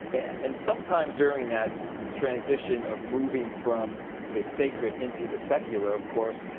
and sometime during that transition of moving from the sacred into the secular, of course,